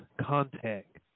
Contact